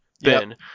Ben